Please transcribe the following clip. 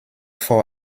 vor